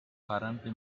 currently